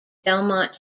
belmont